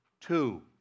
two